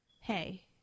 hey